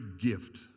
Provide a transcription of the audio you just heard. gift